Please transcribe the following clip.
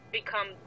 become